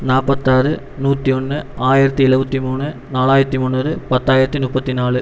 நாற்பத்தாறு நூற்றி ஒன்று ஆயிரத்தி எழுபத்தி மூணு நாலாயிரத்தி முந்நூறு பத்தாயிரத்தி முப்பத்தி நாலு